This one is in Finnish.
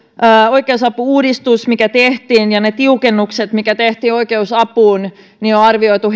oikeusapu uudistuksen mikä tehtiin ja niiden tiukennusten mitkä tehtiin oikeusapuun on arvioitu